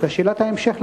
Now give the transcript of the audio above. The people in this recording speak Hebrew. ושאלת ההמשך,